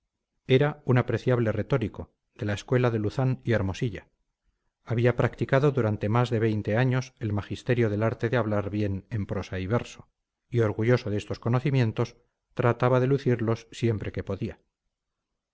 era un apreciable retórico de la escuela de luzán y hermosilla había practicado durante más de veinte años el magisterio del arte de hablar bien en prosa y verso y orgulloso de estos conocimientos trataba de lucirlos siempre que podía